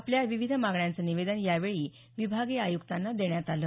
आपल्या विविध मागण्याचं निवदेन यावेळी विभागीय आय्क्तांना देण्यात आलं